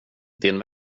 din